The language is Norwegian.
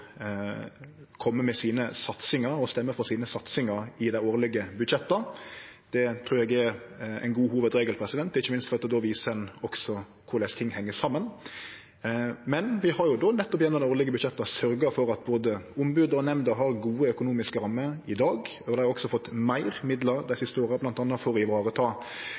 med satsingane sine i dei årlege budsjetta, det trur eg er ein god hovudregel, ikkje minst fordi ein då også viser korleis ting heng saman. Vi har nettopp gjennom dei årlege budsjetta sørgt for at både ombodet og nemnda har gode økonomiske rammer i dag. Dei har også fått meir midlar dei siste åra, bl.a. for å